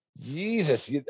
jesus